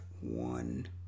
one